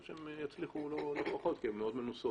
חושב שהן תצלחנה לא פחות כי הן מאוד מנוסות.